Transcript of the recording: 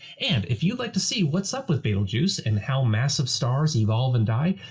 and if you'd like to see what's up with betelgeuse and how massive stars evolve and die,